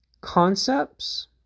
concepts